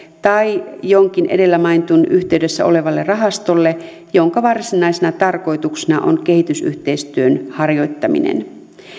tai jonkin edellä mainitun yhteydessä olevalle rahastolle jonka varsinaisena tarkoituksena on kehitysyhteistyön harjoittaminen